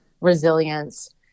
resilience